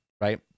right